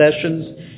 sessions